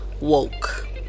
woke